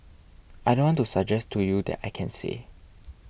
I don't want to suggest to you that I can say